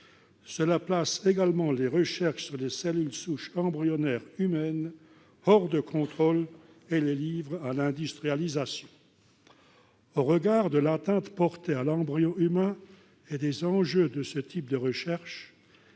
Cela place également les recherches sur les cellules souches embryonnaires humaines hors de contrôle, en les livrant à l'industrialisation. Au regard de l'atteinte portée à l'embryon humain et des enjeux de ce type de recherche,